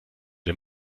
den